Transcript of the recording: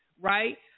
right